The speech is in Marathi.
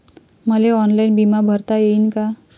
मले ऑनलाईन बिमा भरता येईन का?